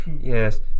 Yes